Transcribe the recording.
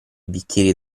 bicchieri